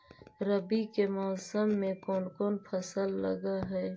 रवि के मौसम में कोन कोन फसल लग है?